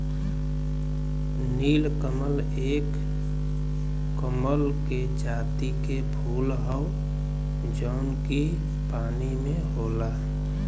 नीलकमल एक कमल के जाति के फूल हौ जौन की पानी में होला